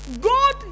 God